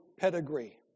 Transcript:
pedigree